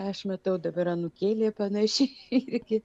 aš matau dabar anūkėlė panašiai irgi